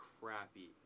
crappy